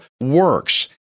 works